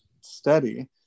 steady